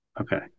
Okay